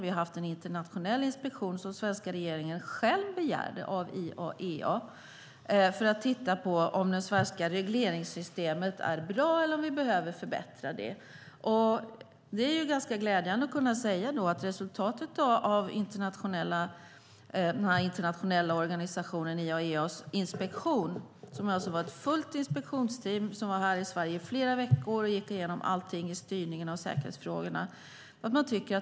Vi har haft en internationell inspektion av IAEA, begärd av svenska regeringen själv, för att se om det svenska regleringssystemet är bra eller om vi behöver förbättra det. Det är glädjande att kunna säga att resultatet av den internationella organisationen IAEA:s inspektion är att de anser att det är ett bra system. Det var ett fullt inspektionsteam som var i Sverige och under flera veckor gick igenom allt i styrningen av säkerhetsfrågorna.